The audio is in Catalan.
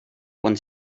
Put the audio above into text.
quan